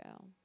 go